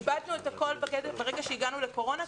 איבדנו את הכול ברגע שהגענו לקורונה?